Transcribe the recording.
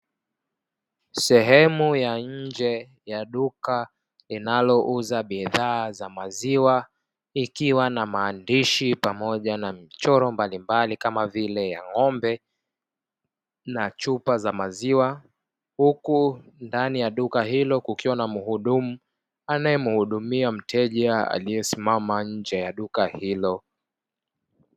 Sehemu ya nje ya duka linalouza bidhaa za maziwa likiwa na maandishi pamoja na michoro mbalimbali kama vile ya ng'ombe na chupa za maziwa, huku ndani ya duka kukiwa na muhudumu anayemhudumia mteja aliyesimama nje ya duka hilo.